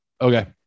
okay